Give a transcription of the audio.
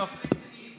למה פראייר?